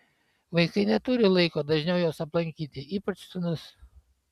vaikai neturi laiko dažniau jos aplankyti ypač sūnus